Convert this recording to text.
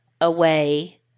away